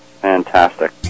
Fantastic